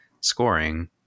scoring